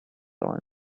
saw